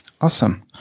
Awesome